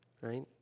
right